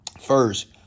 First